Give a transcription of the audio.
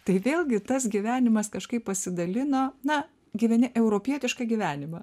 tai vėlgi tas gyvenimas kažkaip pasidalino na gyveni europietišką gyvenimą